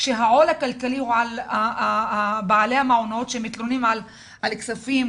העול הכלכלי הוא על בעלי המעונות שמתלוננים על הכספים,